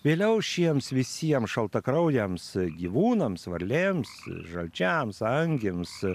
vėliau šiems visiems šaltakraujams gyvūnams varlėms žalčiams angims